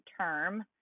term